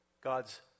God's